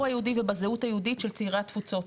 היהודי ובזהות היהודית של צעירי התפוצות.